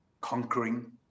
conquering